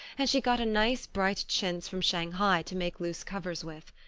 and she got a nice bright chintz from shanghai to make loose covers with.